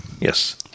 Yes